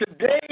today